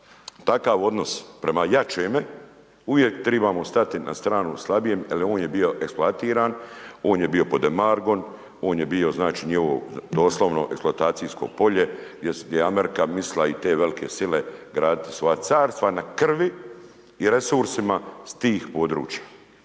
takav odnos prema jačemu uvijek trebamo stati na stranu slabijem jer on je bio eksploatiran, on je bio pod …/nerazumljivo/… on je bio znači njegovo doslovno eksploatacijsko polje gdje je Amerika mislila i te velike sile graditi svoja carstva na krvi i resursima s tih područja.